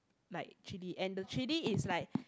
like chili and the chili is like